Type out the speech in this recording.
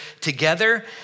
together